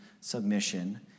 submission